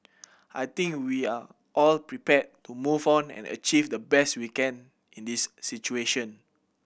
I think we are all prepared to move on and achieve the best we can in this situation